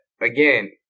Again